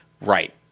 right